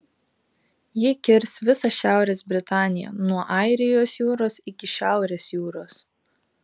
ji kirs visą šiaurės britaniją nuo airijos jūros iki šiaurės jūros